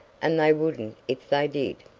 and they wouldn't if they did.